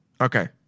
Okay